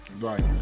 Right